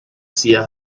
seer